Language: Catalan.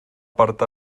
part